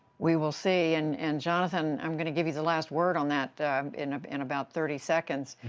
we will see. and, and jonathan, i'm going to give you the last word on that in and about thirty seconds,